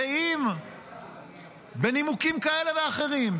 ואם בנימוקים כאלה ואחרים,